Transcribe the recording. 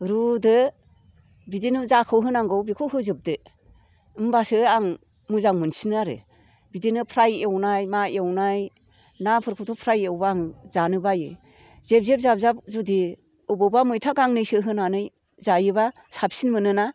रुदो बिदिनो जाखौ होनांगौ बेखौ होजोबदो होनबासो आं मोजां मोनसिनो आरो बिदिनो फ्राय एवनाय मा एवनाय नाफोरखौथ' फ्राय एवबा आं जानो बायो जेब जेब जाब जाब जुदि अबावबा मैथा गांनैसो होनानै जायोबा साबसिन मोनो ना